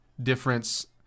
Difference